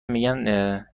میگن